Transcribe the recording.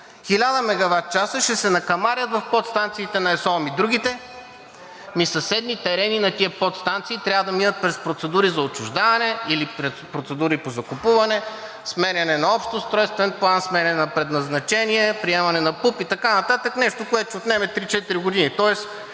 1000 мегаватчаса, ще се накамарят в подстанциите на ЕСО. Ами другите? Ами съседни терени на тези подстанции трябва да минат през процедури за отчуждаване или по процедури по закупуване, сменяне на общ устройствен план, сменяне на предназначение, приемане на ПУП и така нататък – нещо, което ще отнеме 3 – 4 години.